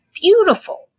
Beautiful